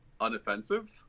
unoffensive